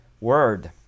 Word